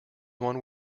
one